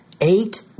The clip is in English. eight